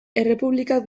errepublikak